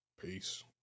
Peace